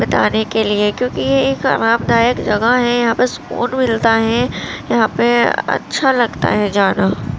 بتانے کے لیے کیونکہ یہ ایک آرام دایک جگہ ہے یہاں پہ سکون ملتا ہے یہاں پہ اچھا لگتا ہے جانا